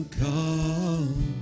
come